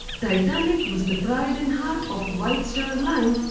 titanic was the pride and heart of white star line,